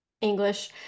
English